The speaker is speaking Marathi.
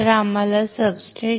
तर प्रथम आम्हाला सब्सट्रेट